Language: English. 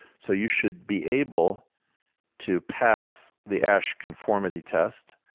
so you should be able to pass the asch conformity test.